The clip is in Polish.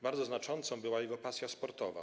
Bardzo znacząca była jego pasja sportowa.